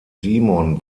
simon